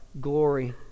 glory